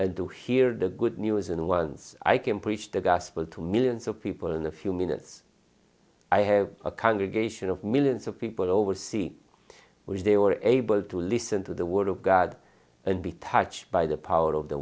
and to hear the good news and once i can preach the gospel to millions of people in a few minutes i have a congregation of millions of people to oversee where they were able to listen to the word of god and be touched by the power of the